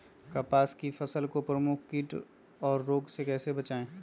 कपास की फसल को प्रमुख कीट और रोग से कैसे बचाएं?